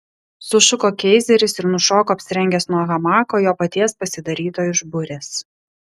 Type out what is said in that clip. sušuko keizeris ir nušoko apsirengęs nuo hamako jo paties pasidaryto iš burės